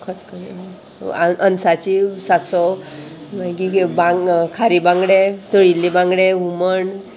खतखते आं अनसाची सासोव मागीर बांग खारी बांगडे तळिल्ली बांगडे हुमण